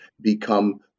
become